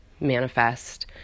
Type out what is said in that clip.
manifest